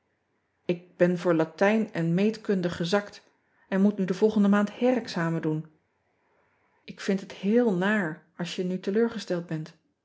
k ben voor atijn en eetkunde gezakt en moet nu de volgende maand herexamen doen k vind het heel naar als je nu teleurgesteld bent